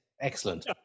Excellent